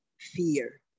fear